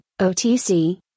OTC